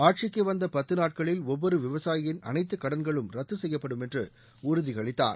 ஆட்சிக்கு வந்த பத்து நாட்களில் ஒவ்வொரு விவசாயியின் அனைத்து கடன்களும் ரத்து செய்யப்படும் என்று உறுதி அளித்தார்